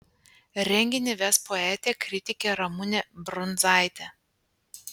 renginį ves poetė kritikė ramunė brundzaitė